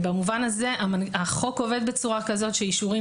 במובן הזה החוק עובד בצורה כזאת שאישורים